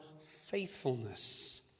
faithfulness